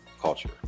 culture